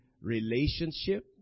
relationship